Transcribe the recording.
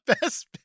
best